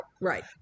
Right